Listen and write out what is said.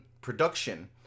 production